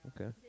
Okay